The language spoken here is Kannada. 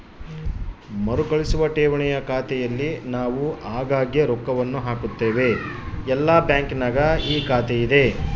ಮರುಕಳಿಸುವ ಠೇವಣಿಯ ಖಾತೆಯಲ್ಲಿ ನಾವು ಆಗಾಗ್ಗೆ ರೊಕ್ಕವನ್ನು ಹಾಕುತ್ತೇವೆ, ಎಲ್ಲ ಬ್ಯಾಂಕಿನಗ ಈ ಖಾತೆಯಿದೆ